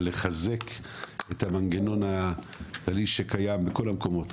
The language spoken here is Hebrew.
לחזק את המנגנון הכללי שקיים בכל המקומות